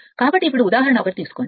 కాబట్టి ఇప్పుడు ఉదాహరణ ఒకటి తీసుకోండి